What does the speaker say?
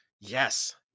yes